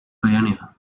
pioneer